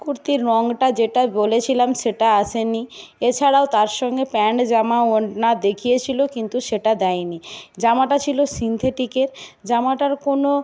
কুর্তির রংটা যেটাই বলেছিলাম সেটা আসে নি এছাড়াও তার সঙ্গে প্যান্ট জামা ওড়না দেখিয়েছিলো কিন্তু সেটা দেয় নি জামাটা ছিলো সিনথেটিকের জামাটার কোনো